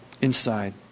inside